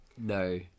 No